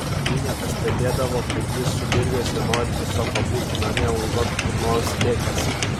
ji nepastebėdavo kad jis sudirgęs ir nori tiesiog pabūti namie užuot kur nors lėkęs